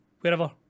wherever